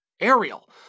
Ariel